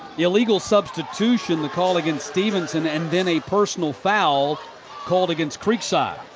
illegal substitution, the call against stephenson. and then a personal foul called against creekside.